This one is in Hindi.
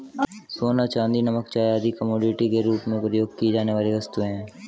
सोना, चांदी, नमक, चाय आदि कमोडिटी के रूप में प्रयोग की जाने वाली वस्तुएँ हैं